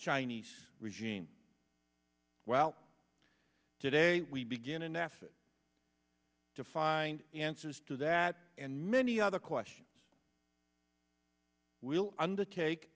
chinese regime well today we begin an effort to find answers to that and many other questions will undertake